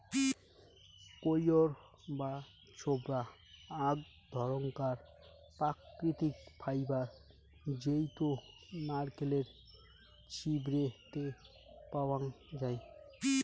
কইর বা ছোবড়া আক ধরণকার প্রাকৃতিক ফাইবার জেইতো নারকেলের ছিবড়ে তে পাওয়াঙ যাই